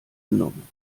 genommen